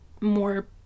more